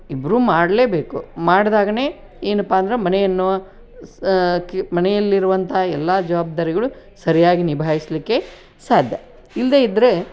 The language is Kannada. ಇಬ್ಬರೂ ಮಾಡಲೇಬೇಕು ಮಾಡ್ದಾಗಲೇ ಏನಪ್ಪಾ ಅಂದ್ರೆ ಮನೆಯನ್ನು ಸ್ ಕೀ ಮನೆಯಲ್ಲಿರುವಂಥ ಎಲ್ಲ ಜವಾಬ್ದಾರಿಗಳು ಸರಿಯಾಗಿ ನಿಭಾಯಿಸಲಿಕ್ಕೆ ಸಾಧ್ಯ ಇಲ್ಲದೇ ಇದ್ರೆ